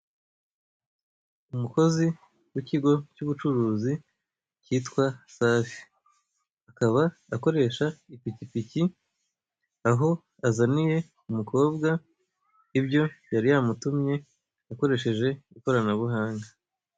Umukozi w'ikigo cy'ubucuruzi kitwa Safi, akaba akoresha ipikipiki, aho azaniye umukobwa ibyo yari yamutumye akoresheje ikoranabuhanga.